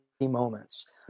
moments